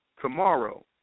tomorrow